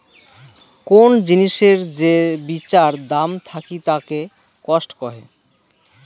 কোন জিনিসের যে বিচার দাম থাকিতাকে কস্ট কহে